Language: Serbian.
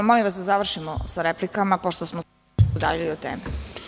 Molim vas da završimo sa replikama, pošto smo se udaljili od teme.